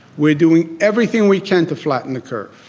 we're doing everything we can to flatten the curve.